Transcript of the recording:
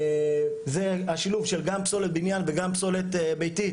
זה השילוב של גם פסולת בניין וגם פסולת ביתית,